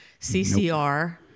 CCR